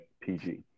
PG